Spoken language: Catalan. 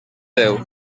déu